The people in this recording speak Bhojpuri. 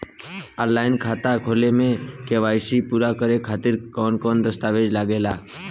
आनलाइन खाता खोले में के.वाइ.सी पूरा करे खातिर कवन कवन दस्तावेज लागे ला?